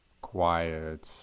quiet